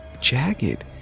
jagged